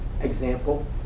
example